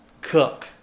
cook